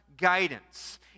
guidance